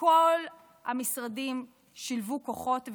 כל המשרדים שילבו כוחות,